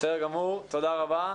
תודה רבה.